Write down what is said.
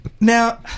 Now